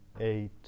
eight